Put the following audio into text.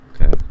Okay